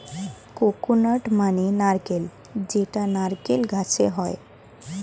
coconut মানে নারকেল যেটা নারকেল গাছে হয়